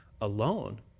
alone